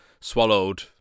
swallowed